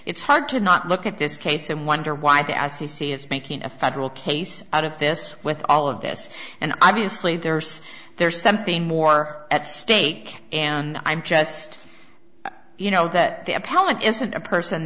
it's hard to not look at this case and wonder why the i c c is making a federal case out of this with all of this and obviously there's there's something more at stake and i'm just you know that the appellant isn't a person